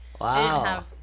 Wow